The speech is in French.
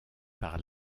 par